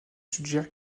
suggèrent